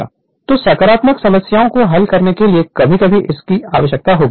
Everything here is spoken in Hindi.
तो संख्यात्मक समस्याओं को हल करने के लिए कभी कभी इसकी आवश्यकता होगी